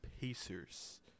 Pacers